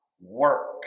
work